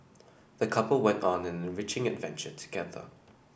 the couple went on an enriching adventure together